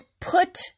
put